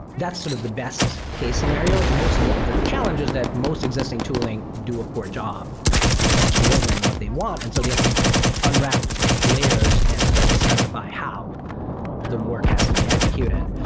that's sort of the best case scenario. most of the the challenges that most existing tooling do a poor job of delivering what they want, and so they have to unwrap layers and start to specify how the work has to be executed.